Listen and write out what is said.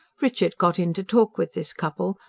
richard got into talk with this couple,